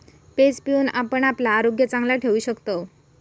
page पिऊन आपण आपला आरोग्य चांगला ठेवू शकतव